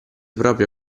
proprie